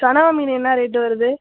கனவா மீன் என்ன ரேட்டு வருது